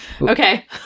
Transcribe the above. Okay